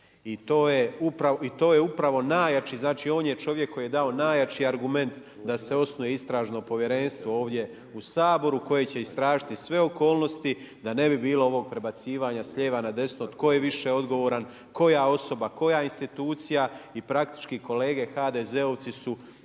I to je upravo najjači, znači on je čovjek koji je dao najjači argument da se osnuje istražno povjerenstvo ovdje u Saboru koje će istražiti sve okolnosti da ne bi bilo ovog prebacivanja s lijeva na desno tko je više odgovoran, koja osoba, koja institucija i praktički kolege HDZ-ovci su